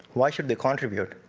why should they contribute?